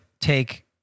take